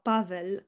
Pavel